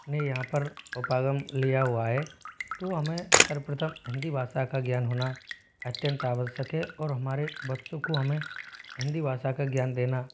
ने यहाँ पर उपागम लिया हुआ है तो हमें सर्वप्रथम हिंदी भाषा का ज्ञान होना अत्यंत आवश्यक है और हमारे बच्चों को हमें हिंदी भाषा का ज्ञान देना